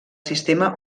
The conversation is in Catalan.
sistema